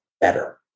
better